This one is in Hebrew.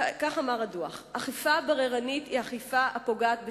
כך אמר הדוח: "אכיפה בררנית היא אכיפה הפוגעת בשוויון,